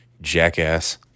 Jackass